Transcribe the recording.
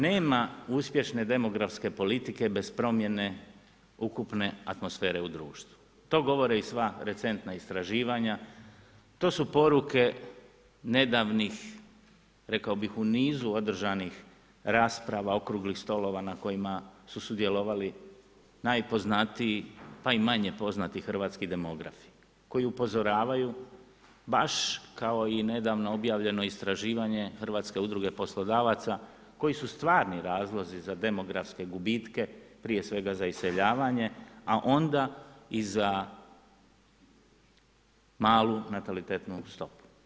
Nema uspješne demografske politike bez promjene ukupne atmosfere u društvu, to govore i sva recentna istraživanja, to su poruke nedavnih, rekao bih, u nizu održanih rasprava, okruglih stolova na kojima su sudjelovali najpoznatiji pa i manje poznati hrvatski demografi koji upozoravaju, baš kao i nedavno objavljeno istraživanje Hrvatske udruge poslodavaca, koji su stvarni razlozi za demografske gubitke, prije svega za iseljavanje, a onda i za malu natalitetnu stopu.